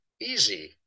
easy